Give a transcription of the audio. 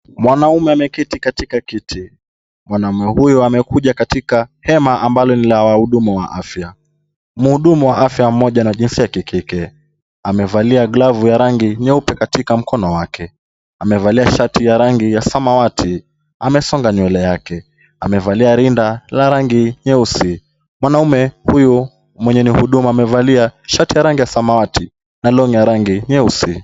Mwanaume ameketi katika kiti. Mwanaume huyo amekuja katika hema ambalo lina wahudumu wa afya. Mhudumu wa afya mmoja na jinsia ya kike amevalia glavu ya rangi nyeupe katika mkono wake. Amevalia shati ya rangi ya samawati, amesonga nywele yake. Amevalia rinda la rangi nyeusi. Mwanaume huyu mwenye ni mhudumu amevalia shati ya rangi ya samawati na long'i ya rangi nyeusi.